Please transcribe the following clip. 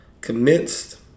commenced